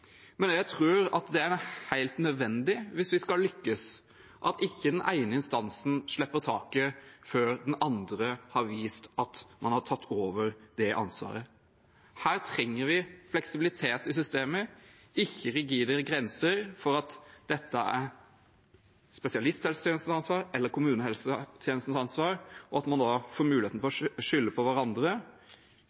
men jeg tror det er helt nødvendig hvis vi skal lykkes, at ikke den ene instansen slipper taket før den andre har vist at den har tatt over ansvaret. Her trenger vi fleksibilitet i systemet, ikke rigide grenser for at dette er spesialisthelsetjenestens ansvar eller kommunehelsetjenestens ansvar, og at man da får muligheten til å skylde på hverandre,